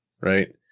right